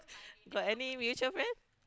got any mutual friend